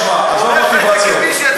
עזוב מוטיבציות.